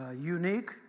unique